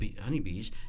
honeybees